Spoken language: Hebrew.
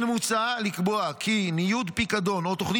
כן מוצע לקבוע כי ניוד פיקדון או תוכנית